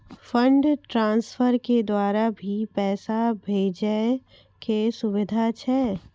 Fund transfer के द्वारा भी पैसा भेजै के सुविधा छै?